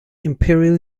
imperial